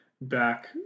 back